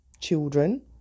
children